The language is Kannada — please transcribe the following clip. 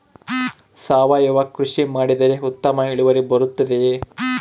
ಸಾವಯುವ ಕೃಷಿ ಮಾಡಿದರೆ ಉತ್ತಮ ಇಳುವರಿ ಬರುತ್ತದೆಯೇ?